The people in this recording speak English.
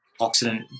oxidant